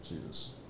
Jesus